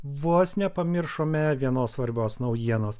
vos nepamiršome vienos svarbios naujienos